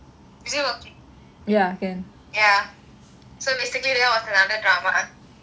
ya so basically that was another drama it was really embarrassing